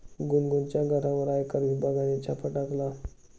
गुनगुनच्या घरावर आयकर विभागाने छापा टाकला